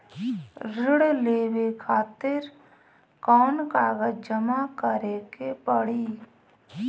ऋण लेवे खातिर कौन कागज जमा करे के पड़ी?